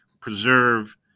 preserve